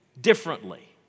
differently